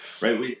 right